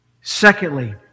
Secondly